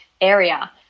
area